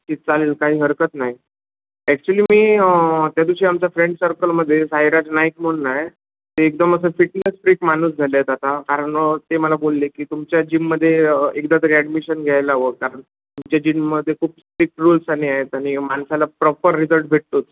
ती चालेल काही हरकत नाही ॲक्च्युली मी त्या दिवशी आमच्या फ्रेंड सर्कलमध्ये साईराज नायक म्हणून आहे ते एकदम असं फिटनेस स्ट्रिक्ट माणूस झाले आहेत आता कारण ते मला बोलले की तुमच्या जिममध्ये एकदा तरी ॲडमिशन घ्यायला हवं कारण तुमच्या जिममध्ये खूप स्ट्रिक्ट रूल्स आणि आहेत आणि माणसाला प्रॉपर रिझल्ट भेटतोच